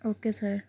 okay sir